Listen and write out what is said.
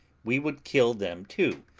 we would kill them too,